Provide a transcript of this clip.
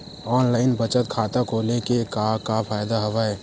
online बचत खाता खोले के का का फ़ायदा हवय